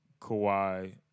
Kawhi